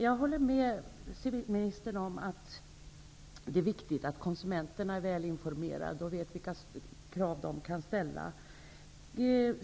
Jag håller med civilministern om att det är viktigt att konsumenterna är väl informerade och vet vilka krav de kan ställa.